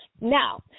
Now